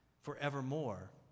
forevermore